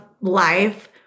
life